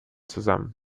zusammen